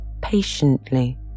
patiently